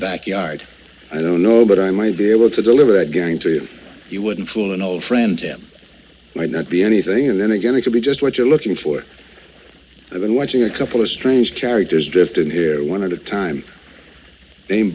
backyard i don't know but i might be able to deliver it going to you wouldn't fool an old friend tim might not be anything and then again it would be just what you're looking for i've been watching a couple of strange characters drift in here one at a time